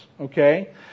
Okay